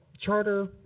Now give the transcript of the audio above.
Charter